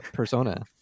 persona